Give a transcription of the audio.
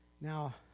Now